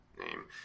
name